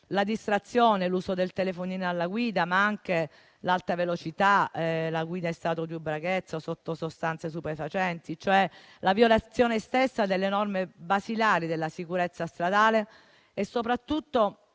la distrazione, l'uso del telefonino alla guida, ma anche l'alta velocità, la guida in stato di ubriachezza o sotto sostanze stupefacenti, cioè la violazione stessa delle norme basilari della sicurezza stradale; soprattutto,